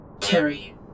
Terry